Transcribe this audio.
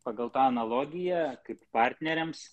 pagal tą analogiją kaip partneriams